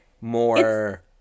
more